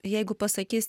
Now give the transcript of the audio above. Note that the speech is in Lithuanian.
jeigu pasakys